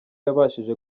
yabashije